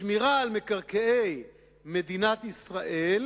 שמירה על מקרקעי מדינת ישראל,